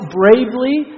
bravely